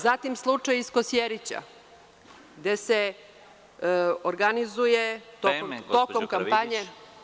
Zatim, slučaj iz Kosjerića gde se organizuje tokom kampanje…